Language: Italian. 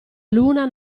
luna